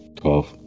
twelve